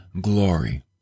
glory